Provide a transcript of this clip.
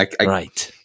Right